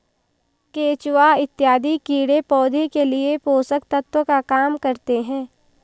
केचुआ इत्यादि कीड़े पौधे के लिए पोषक तत्व का काम करते हैं